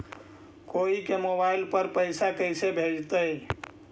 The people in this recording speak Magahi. कोई के मोबाईल पर पैसा कैसे भेजइतै?